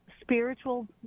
spiritual